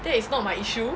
that is not my issue